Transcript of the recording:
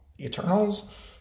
*Eternals*